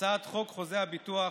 הצעת חוק חוזה הביטוח,